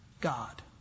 God